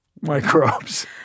microbes